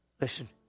Listen